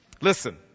Listen